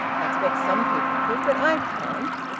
i expect some people could. but i can't.